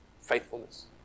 faithfulness